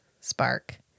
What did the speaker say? Spark